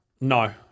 No